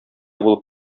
булып